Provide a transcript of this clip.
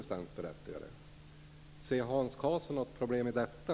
Ser Hans Karlsson något problem i detta?